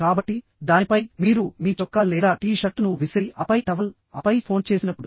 కాబట్టిదానిపై మీరు మీ చొక్కా లేదా టీ షర్టును విసిరిఆపై టవల్ఆపై ఫోన్ చేసినప్పుడు